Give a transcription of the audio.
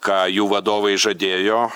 ką jų vadovai žadėjo